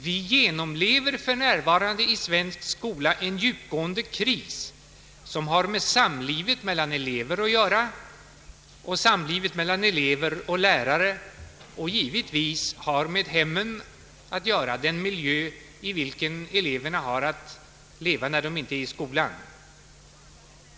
Vi genomlever för närvarande i svensk skola en djupgående kris, som har att göra med samli vet mellan eleverna, med samlivet mellan elever och lärare, och som givetvis också har med hemmen att göra, den miljö i vilken eleven har att leva när han inte är i skolan.